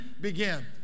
Begin